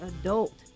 adult